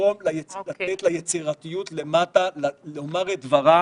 במקום לתת ליצירתיות מלמטה לומר את דברה